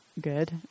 Good